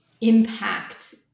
impact